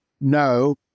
No